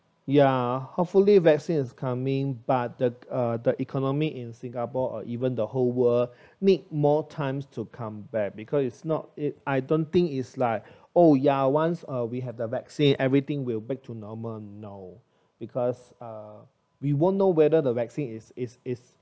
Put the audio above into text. ya hopefully vaccine is coming but the uh the economy in singapore or even the whole world need more times to come back because it's not it I don't think it's like oh ya once uh we have the vaccine everything will back to normal no because uh we won't know whether the vaccine is is is